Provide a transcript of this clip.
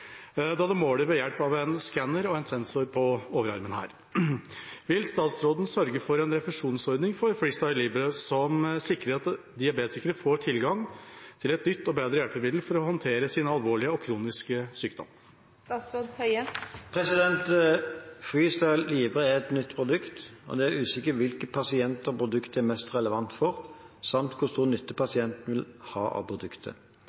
da det måler ved hjelp av en skanner og sensor på armen. Vil statsråden sørge for en refusjonsordning for Freestyle Libre som sikrer at diabetikere får tilgang til et nytt og bedre hjelpemiddel for å håndtere sin alvorlige og kroniske sykdom?» FreeStyle Libre er et nytt produkt, og det er usikkert hvilke pasienter produktet er mest relevant for samt hvor stor nytte pasientene vil ha av produktet.